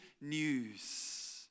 news